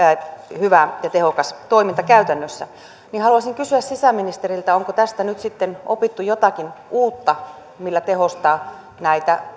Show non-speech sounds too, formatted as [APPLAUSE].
hyvä ja tehokas toiminta käytännössä haluaisin kysyä sisäministeriltä onko tästä nyt opittu jotakin uutta millä tehostaa näitä [UNINTELLIGIBLE]